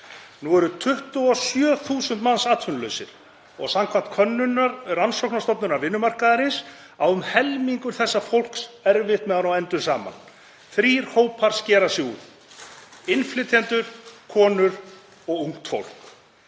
Nú eru 27.000 manns atvinnulausir og samkvæmt könnun rannsóknastofnunar vinnumarkaðarins á um helmingur þessa fólks erfitt með að ná endum saman. Þrír hópar skera sig úr; innflytjendur, konur og ungt fólk.